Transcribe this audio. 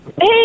Hey